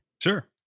Sure